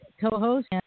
co-host